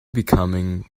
becoming